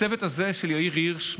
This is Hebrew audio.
הצוות הזה של יאיר הירש,